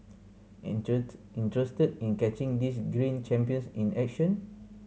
interested in catching these green champions in action